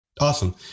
Awesome